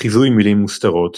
חיזוי מילים מוסתרות